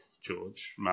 George